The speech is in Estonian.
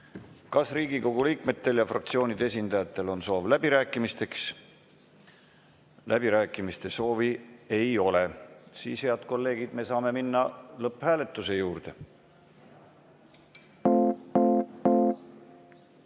Kas Riigikogu liikmetel ja fraktsioonide esindajatel on soovi läbirääkimisteks? Läbirääkimiste soovi ei ole. Siis, head kolleegid, me saame minna lõpphääletuse juurde. Head